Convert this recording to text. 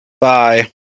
bye